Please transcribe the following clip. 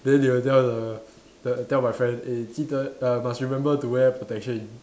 then they will tell the tell tell my friend eh 记得 err must remember to wear protection